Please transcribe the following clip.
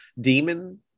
demon